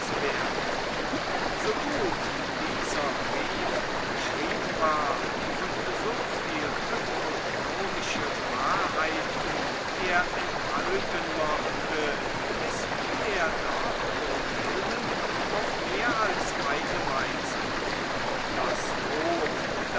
zu werden so gut dieser brief geschrieben war und so viel ökonomische weisheit er enthalten mochte mißfiel er doch wilhelmen auf mehr als eine weise das lob